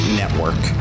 network